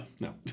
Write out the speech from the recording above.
No